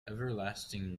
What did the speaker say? everlasting